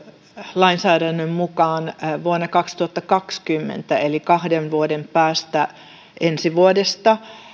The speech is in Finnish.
lainsäädännön mukaan vuonna kaksituhattakaksikymmentä eli kahden vuoden päästä ensi vuodesta